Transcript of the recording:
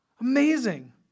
Amazing